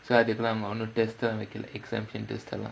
so அதுக்குதா:athukkuthaa model test வெக்கல:vekkala exemption எல்லா:ellaa